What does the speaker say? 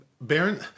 Baron